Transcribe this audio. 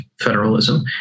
federalism